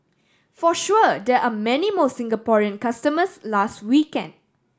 for sure there are many more Singaporean customers last weekend